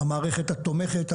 המערכת התומכת,